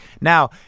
Now